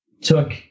took